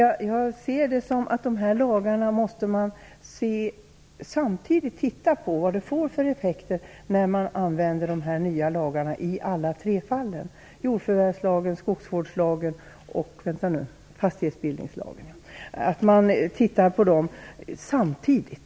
Men jag ser det så att man måste titta på vilka effekterna blir när de nya lagarna används i alla tre fallen, dvs. jordförvärvslagen, skogsvårdslagen och fastighetsbildningslagen. Man måste titta på dem samtidigt.